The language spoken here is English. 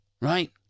Right